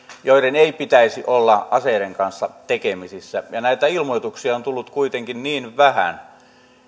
joiden ei pitäisi olla aseiden kanssa tekemisissä ja näitä ilmoituksia on tullut kuitenkin niin vähän